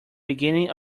beginning